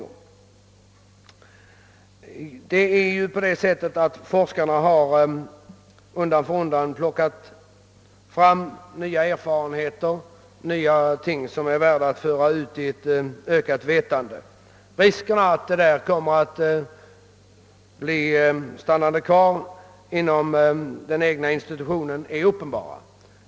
Risken för att de nya erfarenheter, som forskarna undan för undan gör, stannar inom den egna institutionen är uppenbar.